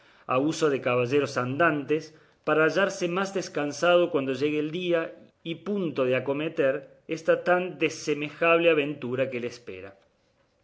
uso de caballeros andantes para hallarse más descansado cuando llegue el día y punto de acometer esta tan desemejable aventura que le espera